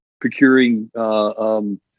procuring